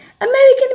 American